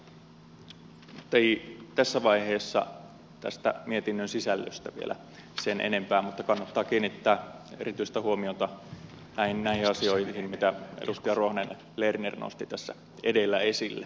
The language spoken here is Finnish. nyt ei tässä vaiheessa tästä mietinnön sisällöstä vielä sen enempää mutta kannattaa kiinnittää erityistä huomiota näihin asioihin mitä edustaja ruohonen lerner nosti tässä edellä esille